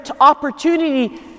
opportunity